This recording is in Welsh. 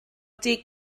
deg